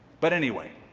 but anyway,